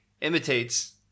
imitates